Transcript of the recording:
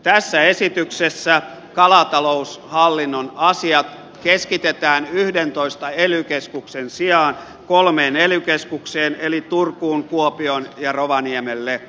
tässä esityksessä kalataloushallinnon asiat keskitetään yhdentoista ely keskuksen sijaan kolmeen ely keskukseen eli turkuun kuopioon ja rovaniemelle